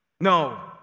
No